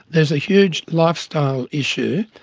there's a huge lifestyle issue,